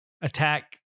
attack